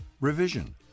revision